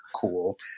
Cool